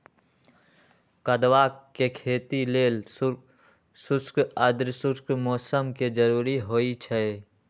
कदुआ के खेती लेल शुष्क आद्रशुष्क मौसम कें जरूरी होइ छै